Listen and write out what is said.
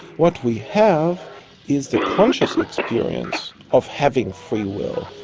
what we have is the conscious experience of having free will,